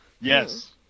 Yes